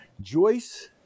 Joyce